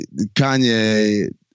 Kanye